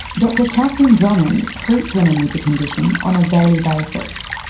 dr catherine drummond treats women with the condition on a daily basis.